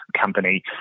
company